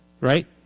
Right